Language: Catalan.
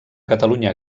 catalunya